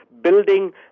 building